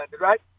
right